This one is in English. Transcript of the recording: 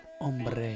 hombre